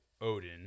odin